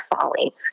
folly